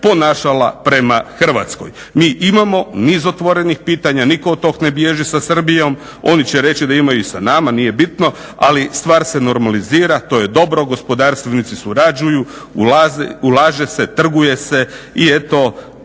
ponašala prema Hrvatskoj. Mi imamo niz otvorenih pitanja, nitko od tog ne bježi sa Srbijom. Oni će reći da imaju i sa nama, nije bitno ali stvar se normalizira. To je dobro, gospodarstvenici surađuju, ulaže se, trguje se i eto